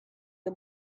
the